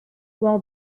while